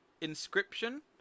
Inscription